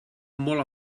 molt